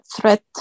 threat